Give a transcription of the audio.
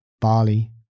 barley